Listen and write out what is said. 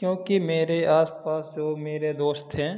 क्योंकि मेरे आस पास जो मेरे दोस्त हैं